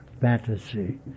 fantasy